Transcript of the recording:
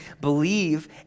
believe